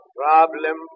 problem